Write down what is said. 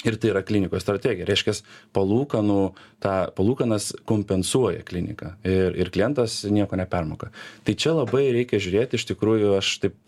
ir tai yra klinikos strategija reiškias palūkanų tą palūkanas kompensuoja klinika ir ir klientas nieko nepermoka tai čia labai reikia žiūrėt iš tikrųjų aš taip